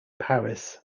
paris